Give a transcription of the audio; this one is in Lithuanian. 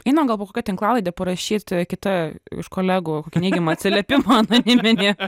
einam gal po kokia tinklalaide parašyti kita iš kolegų kokį neigiamą atsiliepimą anoniminį